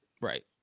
Right